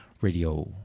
Radio